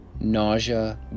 Nausea